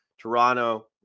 Toronto